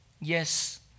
Yes